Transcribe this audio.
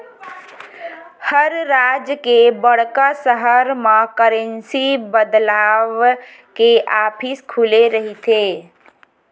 हर राज के बड़का सहर म करेंसी बदलवाय के ऑफिस खुले रहिथे